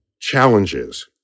challenges